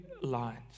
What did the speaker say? lines